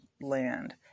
land